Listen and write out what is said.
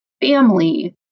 family